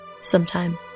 sometime